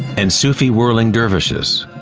and sufi whirling dervishes.